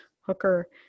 Hooker